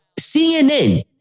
CNN